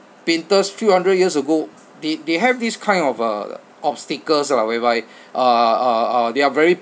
painters few hundred years ago they they have these kind of uh obstacles lah whereby uh uh uh they are very